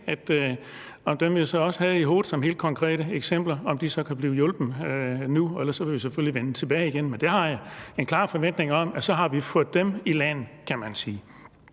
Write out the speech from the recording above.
om dem, som vi havde i hovedet som helt konkrete eksempler, så kan blive hjulpet nu. Ellers vil vi selvfølgelig vende tilbage igen, men jeg har en klar forventning om, at så har vi fået dem i land, kan man sige.